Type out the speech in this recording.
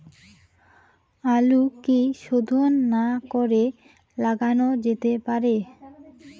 আলু কি শোধন না করে লাগানো যেতে পারে?